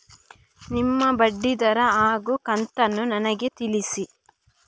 ನಿಮ್ಮ ಬಡ್ಡಿದರ ಹಾಗೂ ಕಂತನ್ನು ನನಗೆ ತಿಳಿಸಿ?